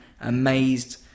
amazed